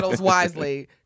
wisely